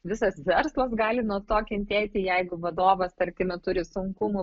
visas verslas gali nuo to kentėti jeigu vadovas tarkime turi sunkumų